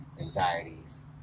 anxieties